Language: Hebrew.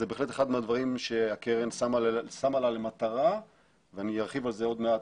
זה בהחלט אחד הדברים שהקרן שמה לה כמטרה ואני ארחיב על זה עוד מעט,